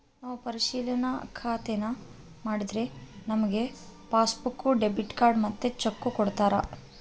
ನಾವು ಪರಿಶಿಲನಾ ಖಾತೇನಾ ಮಾಡಿದ್ರೆ ನಮಿಗೆ ಪಾಸ್ಬುಕ್ಕು, ಡೆಬಿಟ್ ಕಾರ್ಡ್ ಮತ್ತೆ ಚೆಕ್ಕು ಕೊಡ್ತಾರ